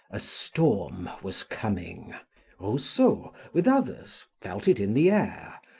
a storm was coming rousseau, with others, felt it in the air,